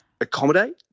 accommodate